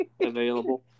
available